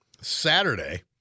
Saturday